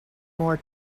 more